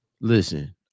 listen